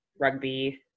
rugby